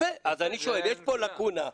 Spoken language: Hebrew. אז אני שואל, יש פה לקונה.